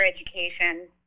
education